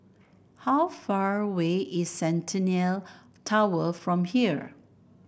how far away is Centennial Tower from here